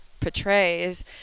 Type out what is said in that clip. portrays